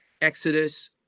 Exodus